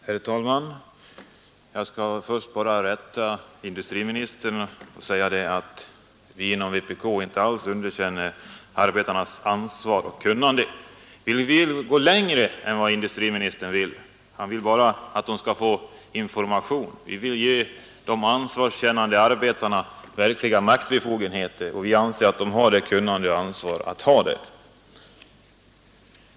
Herr talman! Jag skall först bara rätta industriministern och säga att vi inom vpk inte alls underkänner arbetarnas ansvar och kunnande. Vi vill gå längre än vad industriministern vill. Han vill bara att de skall få information. Vi vill ge de ansvarskännande arbetarna verkliga maktbefogenheter, och vi anser att de har det kunnande som fordras för detta.